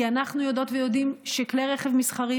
כי אנחנו יודעות ויודעים שכלי רכב מסחריים